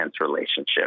relationship